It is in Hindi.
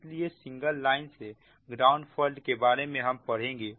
इसलिए सिंगल लाइन से ग्राउंड फॉल्ट के बारे में हम पढ़ेंगे